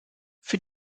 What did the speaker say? für